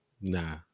Nah